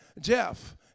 Jeff